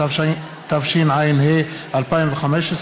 התשע"ה 2015,